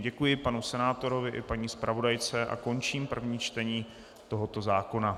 Děkuji panu senátorovi i paní zpravodajce a končím první čtení tohoto zákona.